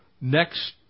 next